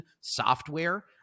software